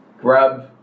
grab